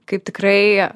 kaip tikrai